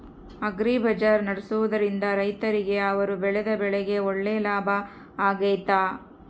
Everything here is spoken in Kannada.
ಅಗ್ರಿ ಬಜಾರ್ ನಡೆಸ್ದೊರಿಂದ ರೈತರಿಗೆ ಅವರು ಬೆಳೆದ ಬೆಳೆಗೆ ಒಳ್ಳೆ ಲಾಭ ಆಗ್ತೈತಾ?